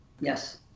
Yes